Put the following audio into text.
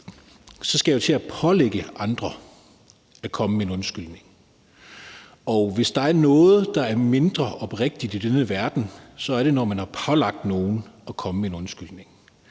så skal jeg til at pålægge andre at komme med en undskyldning. Hvis der er noget, der er mindre oprigtigt i denne verden, er det, når man har pålagt nogen at komme med en undskyldning.